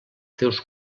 teus